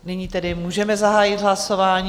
Nyní tedy můžeme zahájit hlasování.